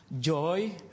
joy